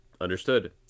understood